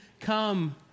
come